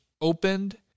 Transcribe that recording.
opened